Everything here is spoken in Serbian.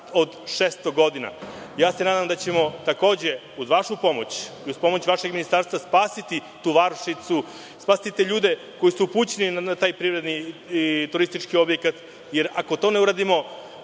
od 600 godina. Nadam se da ćemo takođe uz vašu pomoć i uz pomoć vašeg ministarstva spasiti tu varošicu, spasiti te ljude koji su upućeni na taj turistički objekat, jer ako to ne uradimo